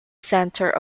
center